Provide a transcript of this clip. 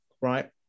right